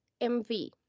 MV